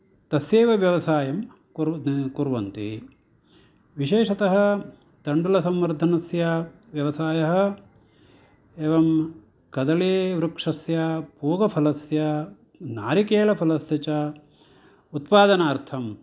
तस्यैव व्यवसायं कुर् कुर्वन्ति विशेषतः तण्डुलसंवर्धनस्य व्यवसायः एवं कदळीवृक्षस्य पूगफलस्य नारिकेलफलस्य च उत्पादनार्थं